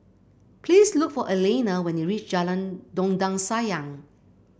please look for Alanna when you reach Jalan Dondang Sayang